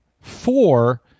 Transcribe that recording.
four